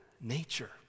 nature